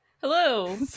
Hello